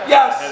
Yes